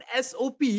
SOP